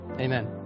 amen